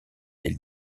des